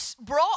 brought